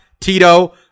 Tito